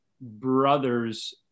brother's